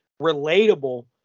relatable